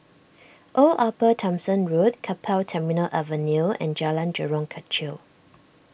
Old Upper Thomson Road Keppel Terminal Avenue and Jalan Jurong Kechil